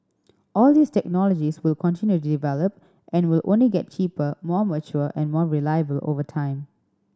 all these technologies will continue to develop and will only get cheaper more mature and more reliable over time